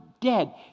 dead